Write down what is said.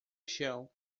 chão